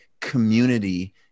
community